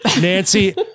Nancy